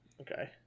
Okay